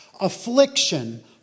Affliction